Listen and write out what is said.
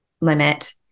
limit